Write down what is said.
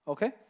Okay